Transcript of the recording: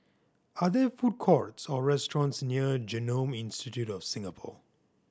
are there food courts or restaurants near Genome Institute of Singapore